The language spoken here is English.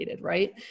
right